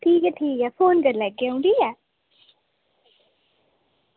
ठीक ऐ ठीक ऐ फोन करी लैगी अं'ऊ ठीक ऐ